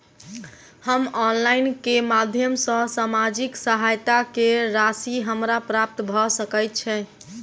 हम ऑनलाइन केँ माध्यम सँ सामाजिक सहायता केँ राशि हमरा प्राप्त भऽ सकै छै?